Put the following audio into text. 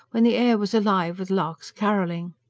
when the air was alive with larks carolling.